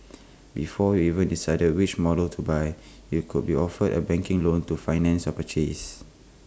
before you've even decided which models to buy you could be offered A banking loan to finance your purchase